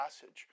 passage